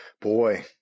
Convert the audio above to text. boy